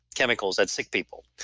chemicals at sick people.